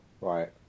right